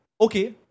Okay